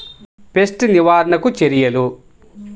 Pest నివారణకు చర్యలు?